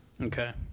Okay